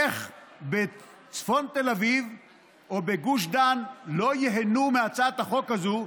איך בצפון תל אביב או בגוש דן לא ייהנו מהצעת החוק הזאת?